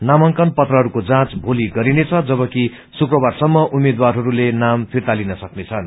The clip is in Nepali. नामांकन पत्रहरूको जाँच भोली गरिनेछ जबकि शुक्रवारसम्म उम्मेद्वारहरूले नाम फिर्ता लिन सक्नेछन्